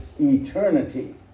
eternity